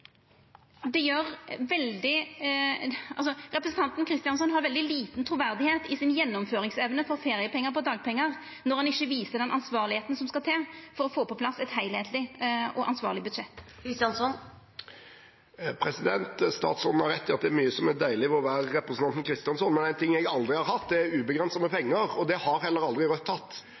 representanten Kristjánsson har veldig lite truverd i gjennomføringsevna si når det gjeld feriepengar på dagpengar, når han ikkje viser den ansvarlegheita som skal til for å få på plass eit heilskapleg og ansvarleg budsjett. Mímir Kristjánsson – til oppfølgingsspørsmål. Statsråden har rett i at det er mye som er deilig med å være representanten Kristjánsson, men en ting jeg aldri har hatt, er ubegrenset med penger, og det har heller aldri